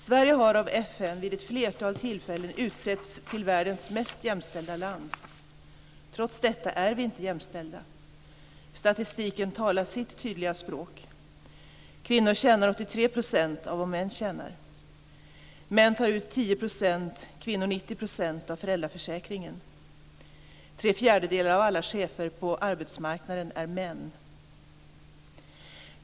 Sverige har av FN vid ett flertal tillfällen utsetts till världens mest jämställda land. Trots detta är vi inte jämställda. Statistiken talar sitt tydliga språk. Kvinnor tjänar 83 % av vad män tjänar. Män tar ut 10 %, kvinnor 90 %, av föräldraförsäkringen. Tre fjärdedelar av alla chefer på arbetsmarknaden är män.